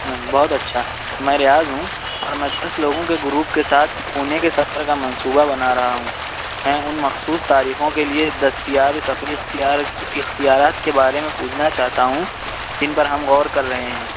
ہاں بہت اچھا میں ریاض ہوں اور میں دس لوگوں کے گروپ کے ساتھ پونے کے سفر کا منصوبہ بنا رہا ہوں میں ان مخصوص تاریخوں کے لئے دستیاب سفری اختیار اختیارات کے بارے میں پوچھنا چاہتا ہوں جن پر ہم غور کر رہے ہیں